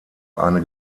eine